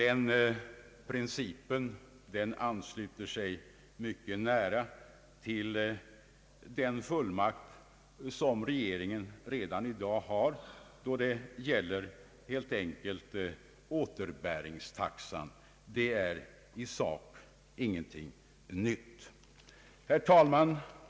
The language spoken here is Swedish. Ett bemyndigande beträffande ersättningsbestämmelserna har regeringen redan i dag då det gäller återbäringstaxan. Det är alltså i sak ingenting nytt. Herr talman!